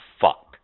fuck